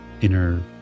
inner